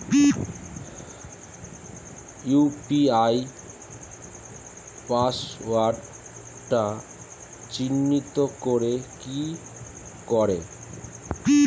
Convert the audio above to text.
UPI পাসওয়ার্ডটা change করে কি করে?